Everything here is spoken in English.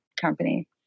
company